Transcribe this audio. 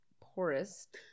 Poorest